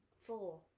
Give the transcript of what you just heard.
Four